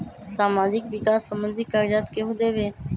समाजीक विकास संबंधित कागज़ात केहु देबे?